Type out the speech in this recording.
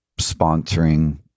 sponsoring